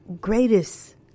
greatest